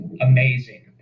amazing